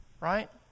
right